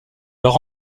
leur